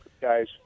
guys